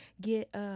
get